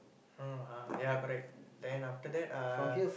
uh ya correct then after that uh